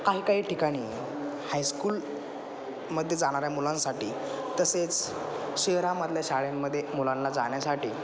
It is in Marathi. काही काही ठिकाणी हायस्कूलमध्ये जाणाऱ्या मुलांसाठी तसेच शहरामधल्या शाळांमध्ये मुलांना जाण्यासाठी